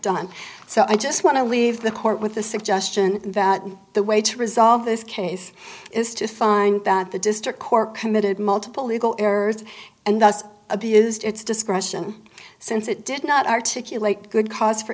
done so i just want to leave the court with the suggestion that the way to resolve this case is to find that the district court committed multiple legal errors and thus abused its discretion since it did not articulate a good cause for